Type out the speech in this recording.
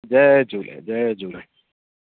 जय झूले जय झूले